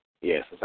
Yes